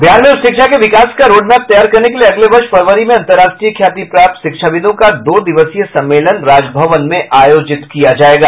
बिहार में उच्च शिक्षा के विकास का रोडमैप तैयार करने के लिए अगले वर्ष फरवरी में अंतर्राष्ट्रीय ख्यातिप्राप्त शिक्षाविदों का दो दिवसीय सम्मेलन राजभवन में आयोजित किया जाएगा